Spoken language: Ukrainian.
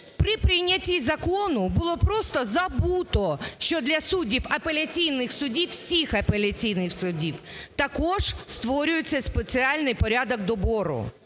При прийнятті закону було просто забуто, що для суддів апеляційних судів, всіх апеляційних судів, також створюється спеціальний порядок добору.